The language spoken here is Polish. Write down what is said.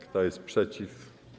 Kto jest przeciw?